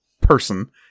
person